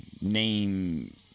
name